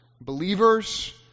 believers